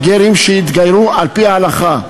לגרים שהתגיירו על-פי ההלכה.